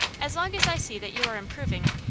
as long as i see that you are improving,